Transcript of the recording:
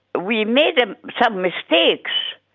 we made ah some mistakes.